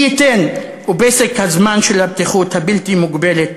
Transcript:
מי ייתן ופסק הזמן של הפתיחות הבלתי-מוגבלת